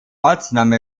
ortsname